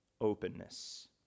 openness